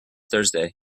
thursday